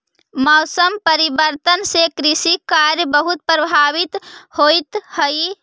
मौसम परिवर्तन से कृषि कार्य बहुत प्रभावित होइत हई